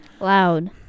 Loud